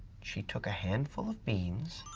she took a handful of beans